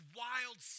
wild